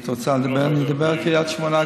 את רוצה לדבר, אני אדבר גם על קריית שמונה.